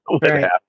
Right